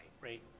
right